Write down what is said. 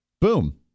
Boom